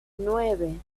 nueve